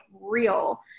real